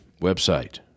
website